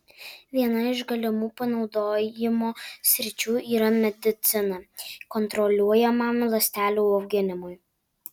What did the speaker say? viena iš galimų panaudojimo sričių yra medicina kontroliuojamam ląstelių auginimui